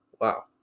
Wow